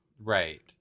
Right